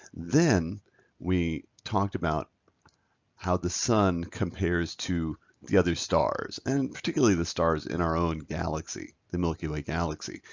then we talked about how the sun compares to the other stars and particularly the stars in our own galaxy, the milky way galaxy.